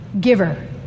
giver